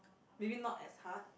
maybe not as hard